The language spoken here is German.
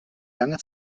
lange